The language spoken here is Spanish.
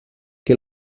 que